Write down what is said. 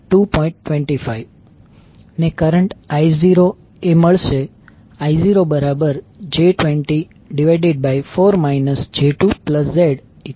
25 ને કરંટ I0એ I0j204 j2 Z 2